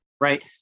right